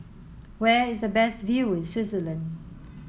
where is the best view in Switzerland